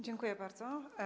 Dziękuję bardzo.